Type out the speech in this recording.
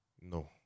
No